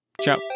Ciao